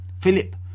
Philip